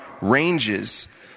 ranges